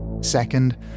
Second